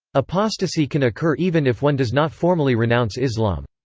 apostasy can occur even if one does not formally renounce islam.